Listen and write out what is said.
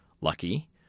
lucky